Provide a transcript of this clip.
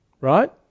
right